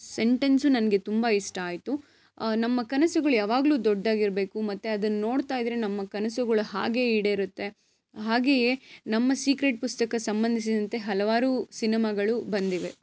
sentence ನನಗೆ ತುಂಬ ಇಷ್ಟ ಆಯಿತು ನಮ್ಮ ಕನಸುಗಳು ಯವಾಗಲೂ ದೊಡ್ದಾಗಿರಬೇಕು ಮತ್ತೆ ಅದನ್ನ ನೋಡ್ತಾಯಿದ್ರೆ ನಮ್ಮ ಕನಸುಗಳು ಹಾಗೆ ಈಡೇರುತ್ತೆ ಹಾಗೆಯೇ ನಮ್ಮ ಸೀಕ್ರೆಟ್ ಪುಸ್ತಕ ಸಂಬಂಧಿಸಿದಂತೆ ಹಲವಾರು ಸಿನಿಮಾಗಳು ಬಂದಿವೆ